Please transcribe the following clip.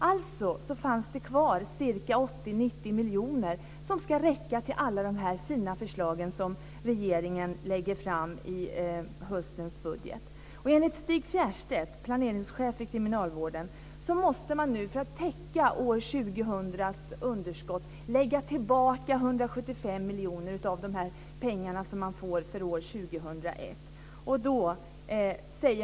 Det fanns alltså kvar 80-90 miljoner som ska räcka till alla de fina förslag som regeringen lägger fram i höstens budget. Enligt Stig Fjärstedt, planeringschef vid kriminalvården, måste man nu för att täcka underskottet för 2000 lägga tillbaka 175 miljoner av de pengar man får för 2001.